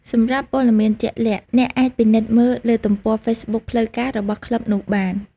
សម្រាប់ព័ត៌មានជាក់លាក់ អ្នកអាចពិនិត្យមើលលើទំព័រហ្វេសប៊ុកផ្លូវការរបស់ក្លឹបនោះបាន។